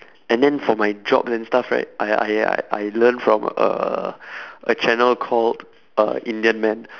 and then for my jobs and stuff right I I I learned from a a channel called an indian man